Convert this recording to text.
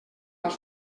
als